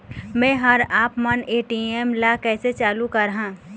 मैं हर आपमन ए.टी.एम ला कैसे चालू कराहां?